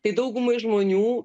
tai daugumai žmonių